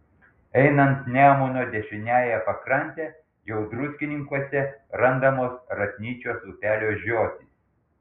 einant nemuno dešiniąja pakrante jau druskininkuose randamos ratnyčios upelio žiotys